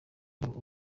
inkiko